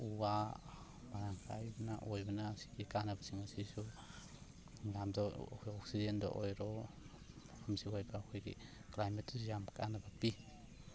ꯎ ꯋꯥ ꯃꯔꯥꯡ ꯀꯥꯏꯕꯅ ꯑꯣꯏꯕꯅ ꯃꯁꯤꯒꯤ ꯀꯥꯅꯕꯁꯤꯡ ꯑꯁꯤꯁꯨ ꯃꯌꯥꯝꯗ ꯑꯣꯛꯁꯤꯖꯦꯟꯗ ꯑꯣꯏꯔꯣ ꯃꯐꯝ ꯁꯤꯒꯤ ꯑꯣꯏꯕ ꯑꯩꯈꯣꯏ ꯀ꯭ꯂꯥꯏꯃꯦꯠꯇꯁꯨ ꯌꯥꯝ ꯀꯥꯅꯕ ꯄꯤ